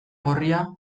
gorria